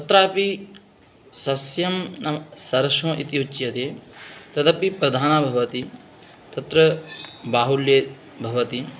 तत्रापि सस्यं नाम शर्षम् इति उच्यते तदपि प्रधानं भवति तत्र बाहुल्ये भवति